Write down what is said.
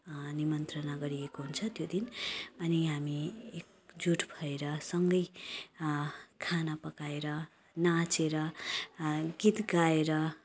निमन्त्रणा गरिएको हुन्छ त्यो दिन अनि हामी एकजुट भएर सँगै खाना पकाएर नाचेर गीत गाएर